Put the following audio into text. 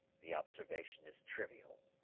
the observation is trivial.